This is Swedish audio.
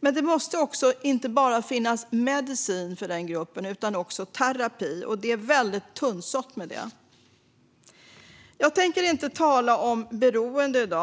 För denna grupp måste det finnas inte bara medicin utan också terapi, men det är väldigt tunnsått med det. Jag tänker inte tala om beroende i dag.